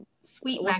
sweet